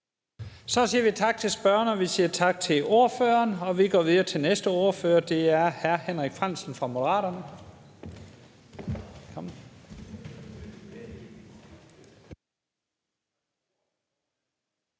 Så siger vi tak til spørgeren, og vi siger tak til ordføreren. Vi går videre til næste ordfører, og det er hr. Henrik Frandsen fra Moderaterne.